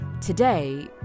Today